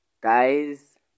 guys